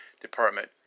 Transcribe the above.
Department